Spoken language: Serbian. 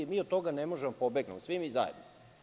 Mi od toga ne možemo pobeći, svi zajedno.